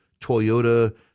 Toyota